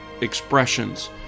expressions